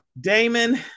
Damon